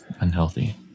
unhealthy